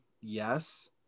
yes